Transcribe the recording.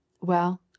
Well